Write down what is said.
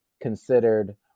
considered